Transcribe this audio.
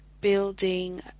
building